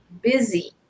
busy